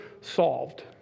Solved